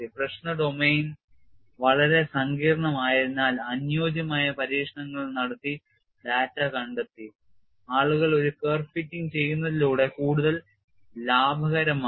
പ്രശ്ന ഡൊമെയ്ൻ വളരെ സങ്കീർണ്ണമായതിനാൽ അനുയോജ്യമായ പരീക്ഷണങ്ങൾ നടത്തി ഡാറ്റ കണ്ടെത്തി ആളുകൾ ഒരു കർവ് ഫിറ്റിംഗ് ചെയ്യുന്നതിലൂടെ കൂടുതൽ ലാഭകരമാണ്